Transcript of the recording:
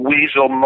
Weasel